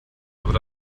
aber